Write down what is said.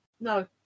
no